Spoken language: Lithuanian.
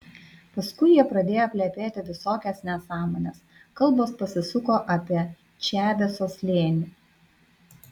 paskui jie pradėjo plepėti visokias nesąmones kalbos pasisuko apie čaveso slėnį